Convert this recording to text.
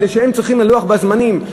כי הם צריכים לעמוד בלוח הזמנים,